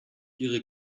ihre